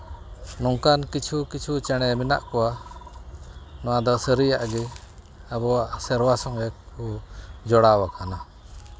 ᱱᱚᱝᱠᱟᱱ ᱠᱤᱪᱷᱩ ᱠᱤᱪᱷᱩ ᱪᱮᱬᱮ ᱢᱮᱱᱟᱜ ᱠᱚᱣᱟ ᱱᱚᱣᱟᱫᱚ ᱥᱟᱹᱨᱤᱭᱟᱜ ᱜᱮ ᱟᱵᱚᱣᱟᱜ ᱥᱮᱨᱣᱟ ᱥᱚᱸᱜᱮ ᱠᱚ ᱡᱚᱲᱟᱣ ᱟᱠᱟᱱᱟ